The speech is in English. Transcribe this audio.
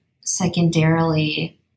secondarily